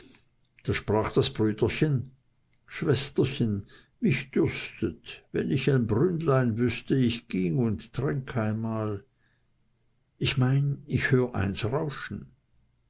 da sprach das brüderchen schwesterchen mich dürstet wenn ich ein brünnlein wüßte ich ging und tränk einmal ich mein ich hört eins rauschen